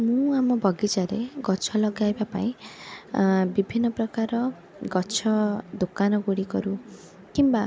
ମୁଁ ଆମ ବଗିଚାରେ ଗଛ ଲଗାଇବାପାଇଁ ଆଁ ବିଭିନ୍ନ ପ୍ରକାର ଗଛ ଦୋକାନ ଗୁଡ଼ିକରୁ କିମ୍ବା